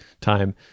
time